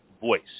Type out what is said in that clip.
voice